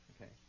okay